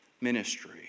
ministry